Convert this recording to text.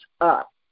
up